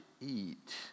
eat